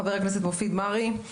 חבר הכנסת מופיד מרעי,